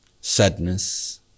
sadness